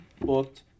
booked